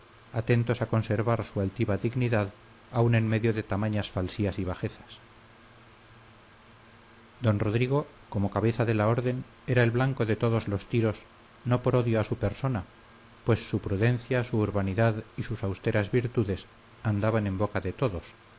atentos a conservar su altiva dignidad aun en medio de tamañas falsías y bajezas don rodrigo como cabeza de la orden era el blanco de todos los tiros no por odio a su persona pues su prudencia su urbanidad y sus austeras virtudes andaban en boca de todos